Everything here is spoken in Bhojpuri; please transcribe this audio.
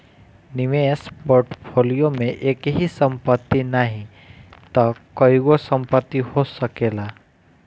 निवेश पोर्टफोलियो में एकही संपत्ति नाही तअ कईगो संपत्ति हो सकेला